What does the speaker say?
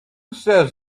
says